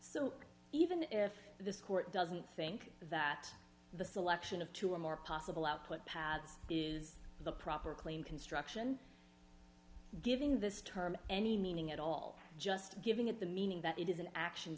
so even if this court doesn't think that the selection of two or more possible output paths is the proper claim construction giving this term any meaning at all just giving it the meaning that it is an action